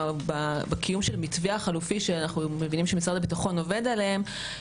בקיום של מתווה חלופי שאנחנו מבינים שמשרד הביטחון עובד עליו,